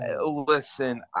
listen